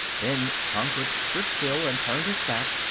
then tancred stood still and turned his back,